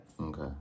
okay